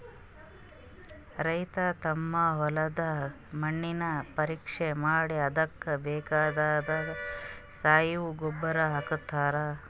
ರೈತರ್ ತಮ್ ಹೊಲದ್ದ್ ಮಣ್ಣಿನ್ ಪರೀಕ್ಷೆ ಮಾಡಿ ಅದಕ್ಕ್ ಬೇಕಾಗಿದ್ದ್ ಸಾವಯವ ಗೊಬ್ಬರ್ ಹಾಕ್ತಾರ್